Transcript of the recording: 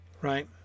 right